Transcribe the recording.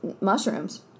mushrooms